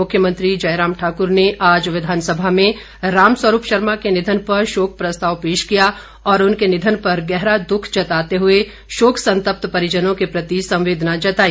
मुख्यमंत्री जयराम ठाक्र ने आज विधानसभा में राम स्वरूप शर्मा के निधन पर शोक प्रस्ताव पेश किया और उनके निधन पर गहरा दुख जताते हुए शोक संतप्त परिजनों के प्रति संवेदना जताई